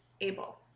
able